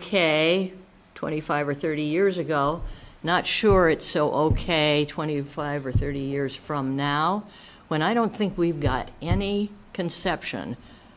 k twenty five or thirty years ago not sure it's so ok twenty five or thirty years from now when i don't think we've got any conception